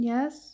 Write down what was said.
Yes